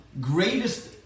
greatest